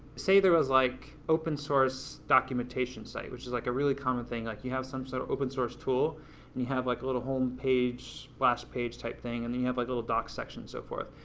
say there was like open source documentation site, which is like a really common thing, like you have some sort of open source tool and you have like a little home page, splash page type thing, and then you have like a little docs section and so forth,